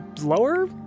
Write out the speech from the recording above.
lower